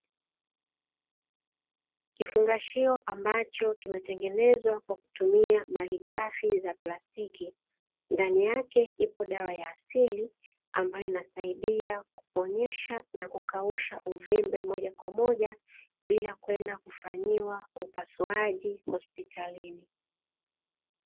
Kifungashio ambacho kimetengenezwa kwa kutumia malighafi za plastiki, ndani yake ipo dawa ya asili ambayo inasaidia kuponyesha na kukausha uvimbe moja kwa moja bila kwenda kufanyiwa upasuaji hospitalini.